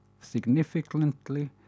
significantly